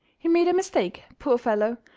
he made a mistake, poor fellow,